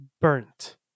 burnt